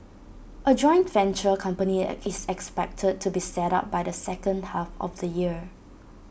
A joint venture company is expected to be set up by the second half of the year